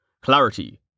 Clarity